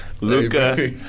Luca